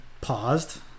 paused